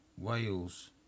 Wales